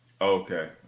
Okay